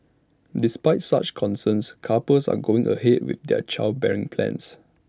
despite such concerns couples are going ahead with their childbearing plans